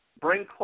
bring